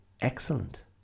excellent